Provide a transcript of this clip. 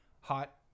hot